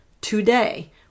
today